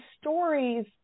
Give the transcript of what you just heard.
stories